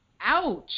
Ouch